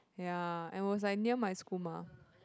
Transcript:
ya and was like near my school mah